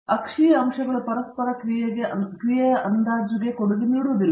ಅಕ್ಷೀಯ ಅಂಶಗಳು ಪರಸ್ಪರ ಕ್ರಿಯೆಯ ಅಂದಾಜುಗೆ ಕೊಡುಗೆ ನೀಡುವುದಿಲ್ಲ